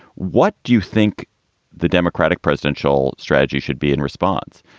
what do you think the democratic presidential strategy should be in response?